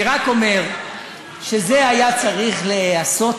אני רק אומר שזה היה צריך להיעשות